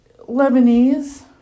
Lebanese